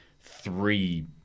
three